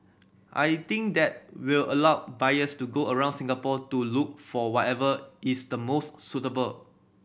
I think that will allow buyers to go around Singapore to look for whatever is the most suitable